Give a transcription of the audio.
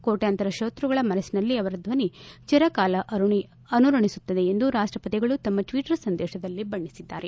ಕೋಟ್ಕಂತರ ಶೋತೃಗಳ ಮನಸ್ಸಿನಲ್ಲಿ ಅವರ ಧ್ವನಿ ಚಿರಕಾಲ ಅನುರಣಿಸುತ್ತದೆ ಎಂದು ರಾಷ್ಟಪತಿಗಳು ತಮ್ಮ ಟ್ಟಟರ್ ಸಂದೇಶದಲ್ಲಿ ಬಣ್ಣಿಸಿದ್ದಾರೆ